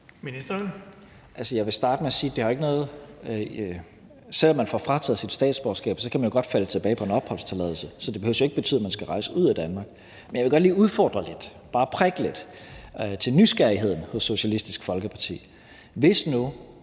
Jeg vil starte med at sige, at selv om man får frataget sit statsborgerskab, så kan man jo godt falde tilbage på en opholdstilladelse. Så det behøver jo ikke at betyde, at man skal rejse ud af Danmark. Men jeg vil godt lige udfordre lidt, bare prikke lidt til nysgerrigheden hos Socialistisk Folkeparti.